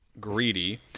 greedy